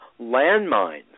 landmines